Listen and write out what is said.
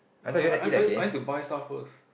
ya I I I I need to buy stuff first